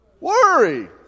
worry